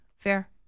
fair